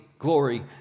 Glory